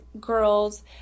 girls